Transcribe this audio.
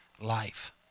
life